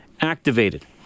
activated